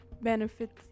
benefits